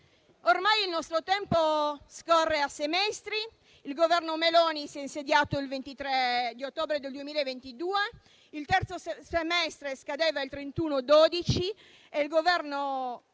Ormai il nostro tempo scorre a semestri. Il Governo Meloni si è insediato il 23 ottobre del 2022; il terzo semestre scadeva il 31 dicembre e il Governo Meloni